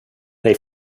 they